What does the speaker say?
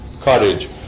courage